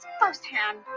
firsthand